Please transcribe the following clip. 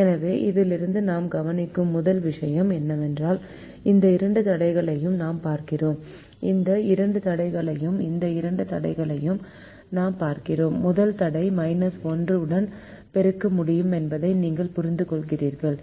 எனவே இதிலிருந்து நாம் கவனிக்கும் முதல் விஷயம் என்னவென்றால் இந்த இரண்டு தடைகளையும் நாம் பார்க்கிறோம் இந்த இரண்டு தடைகளையும் இந்த இரண்டு தடைகளையும் நாம் பார்க்கிறோம் முதல் தடையை 1 உடன் பெருக்க முடியும் என்பதை நீங்கள் புரிந்துகொள்கிறீர்கள்